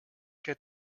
get